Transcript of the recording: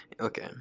Okay